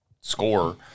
score –